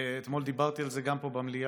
אתמול דיברתי על זה גם פה במליאה,